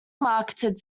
marketed